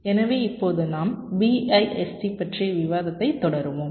எனவே இப்போது நாம் BIST பற்றிய விவாதத்தைத் தொடருவோம்